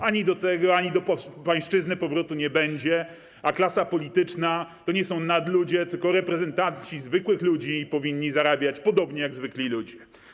Ani do tego, ani do pańszczyzny powrotu nie będzie, a klasa polityczna to nie są nadludzie, tylko reprezentanci zwykłych ludzi i powinni zarabiać podobnie jak zwykli ludzie.